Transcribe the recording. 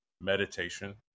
meditation